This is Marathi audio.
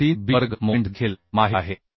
3b वर्ग मोमेंट देखील माहित आहे